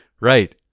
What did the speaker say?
right